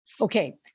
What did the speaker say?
Okay